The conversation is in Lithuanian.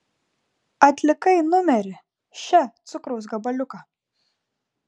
atlikai numerį še cukraus gabaliuką